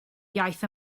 iaith